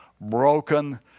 broken